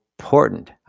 Important